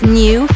new